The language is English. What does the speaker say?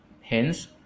hence